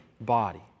body